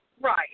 Right